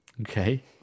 Okay